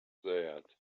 that